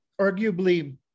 arguably